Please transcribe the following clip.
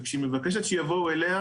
וכשהיא מבקשת שיבואו אליה,